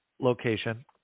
location